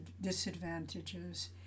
disadvantages